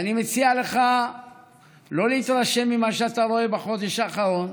ואני מציע לך שלא להתרשם ממה שאתה רואה בחודש האחרון.